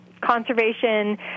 conservation